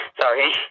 Sorry